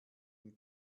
den